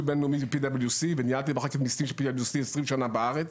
בינלאומי ב-PwC וניהלתי את מחלקת המיסים של PwC 20 שנה בארץ.